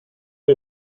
que